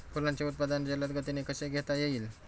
फुलांचे उत्पादन जलद गतीने कसे घेता येईल?